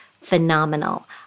phenomenal